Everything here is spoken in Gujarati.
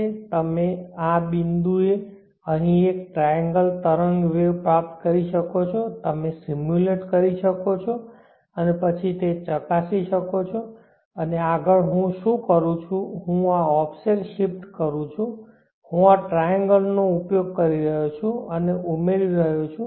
તેથી તમે આ બિંદુએ અહીં એક ટ્રાયેન્ગલ તરંગ વેવ પ્રાપ્ત કરી શકશો તમે સીમ્યુલેટ કરી શકો છો અને પછી તે ચકાસી શકો છો અને આગળ હું શું કરું છું હું આ ઓફસેટ શિફ્ટ રજૂ કરું છું હું આ ટ્રાયેન્ગલ નો ઉપયોગ કરી રહ્યો છું અને ઉમેરી રહ્યો છું